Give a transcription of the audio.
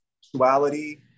sexuality